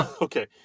Okay